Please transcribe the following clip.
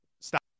stop